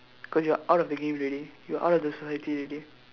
cause you're out of the game already you're out of the society already